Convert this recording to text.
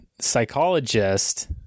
psychologist